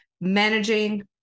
managing